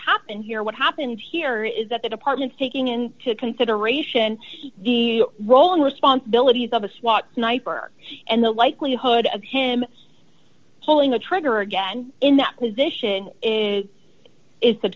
happened here what happened here is that the department's taking into consideration the role and responsibilities of a swat sniper and the likelihood of him pulling the trigger again in that position is is